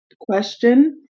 question